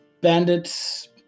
Bandits